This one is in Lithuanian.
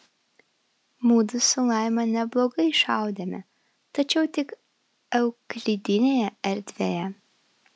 mudu su laima neblogai šaudėme tačiau tik euklidinėje erdvėje